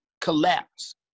collapse